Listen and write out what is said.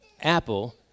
apple